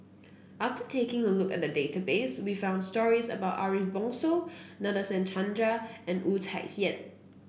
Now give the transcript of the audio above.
after taking a look at the database we found stories about Ariff Bongso Nadasen Chandra and Wu Tsai Yen